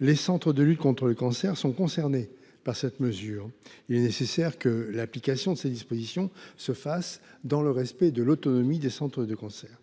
Les centres de lutte contre le cancer, les CLCC, sont concernés par cette mesure. Il est nécessaire que l’application de ces dispositions se fasse dans le respect de l’autonomie des CLCC. À titre